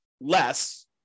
less